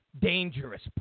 dangerous